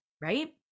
right